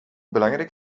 belangrijk